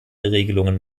regelungen